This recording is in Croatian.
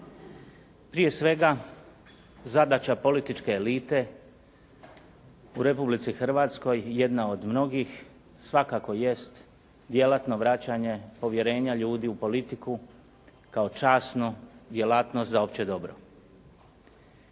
Prije svega zadaća političke elite u Republici Hrvatskoj jedna od mnogih svakako jest djelatno vraćanje povjerenja ljudi u politiku kao časnu djelatnost za opće dobro.